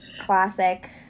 classic